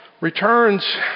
returns